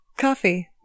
coffee